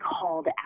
called